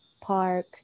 park